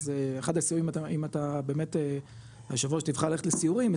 אז אחד הסיורים אם אתה באמת היושב ראש תבחר ללכת לסיורים,